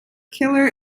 killer